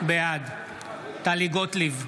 בעד טלי גוטליב,